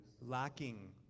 lacking